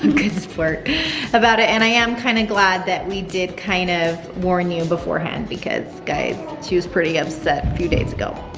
good sport about it, and i am kinda glad that we did kind of warn you beforehand, because, guys, she was pretty upset a few days ago,